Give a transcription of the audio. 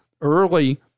Early